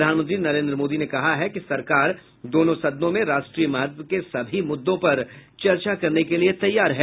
प्रधानमंत्री नरेंद्र मोदी ने कहा है कि सरकार दोनों सदनों में राष्ट्रीय महत्व के सभी मूद्दों पर चर्चा करने के लिए तैयार है